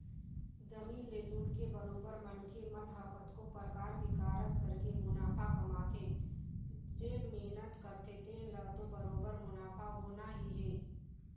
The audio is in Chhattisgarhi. जमीन ले जुड़के बरोबर मनखे मन ह कतको परकार के कारज करके मुनाफा कमाथे जेन मेहनत करथे तेन ल तो बरोबर मुनाफा होना ही हे